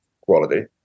quality